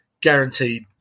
guaranteed